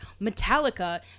Metallica